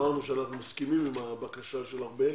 אמרנו שאנחנו מסכימים עם הבקשה של ארבל,